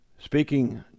speaking